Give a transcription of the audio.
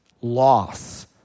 loss